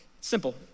Simple